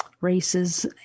races